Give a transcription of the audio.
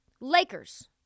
Lakers